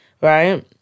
right